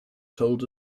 told